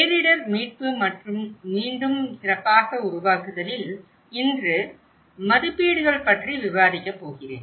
பேரிடர் மீட்பு மற்றும் மீண்டும் சிறப்பாக உருவாக்குதலில் இன்று மதிப்பீடுகள் பற்றி விவாதிக்கப் போகிறேன்